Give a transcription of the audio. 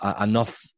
enough